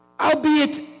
albeit